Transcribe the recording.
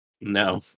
no